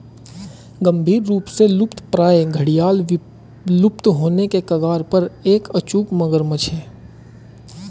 गंभीर रूप से लुप्तप्राय घड़ियाल विलुप्त होने के कगार पर एक अचूक मगरमच्छ है